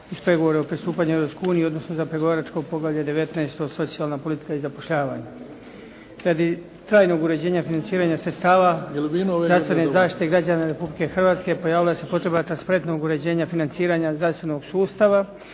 u Europsku uniju, odnosno za pregovaračko poglavlje 19. - Socijalna politika i zapošljavanje. Radi trajnog uređenja financiranja sredstava zdravstvene zaštite građana Republike Hrvatske pojavila se potreba transparentnog uređenja financiranja zdravstvenog sustava,